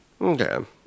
Okay